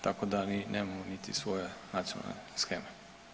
Tako da mi nemamo niti svoje nacionalne sheme.